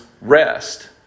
rest